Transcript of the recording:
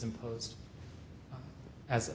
imposed as a